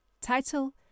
Title